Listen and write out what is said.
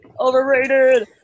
overrated